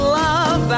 love